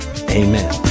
amen